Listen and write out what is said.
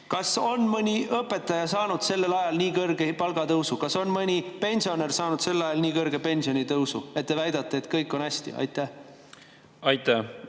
Kas on mõni õpetaja saanud sel ajal nii suure palgatõusu, kas on mõni pensionär saanud sel ajal nii suure pensionitõusu, et te väidate, et kõik on hästi? Aitäh! Kui